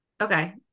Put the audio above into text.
Okay